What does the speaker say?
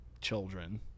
children